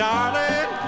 Darling